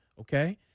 okay